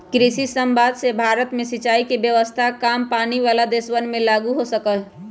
कृषि समवाद से भारत में सिंचाई के व्यवस्था काम पानी वाला देशवन में लागु हो सका हई